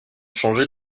changé